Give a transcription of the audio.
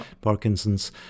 Parkinson's